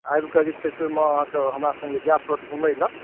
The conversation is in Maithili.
आबि कऽ जे छै से ओहिमे अहाँक हमरा सङ्गे जाय पड़त घुमै लऽ